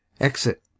Exit